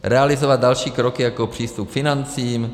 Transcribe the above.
Realizovat další kroky jako přístup k financím.